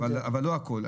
אבל לא הכול.